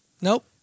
Nope